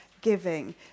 giving